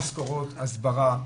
תזכורות, הסברה,